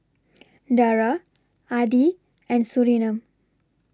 Dara Adi and Surinam